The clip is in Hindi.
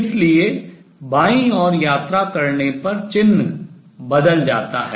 इसलिए बाईं ओर यात्रा करने पर चिन्ह बदल जाता है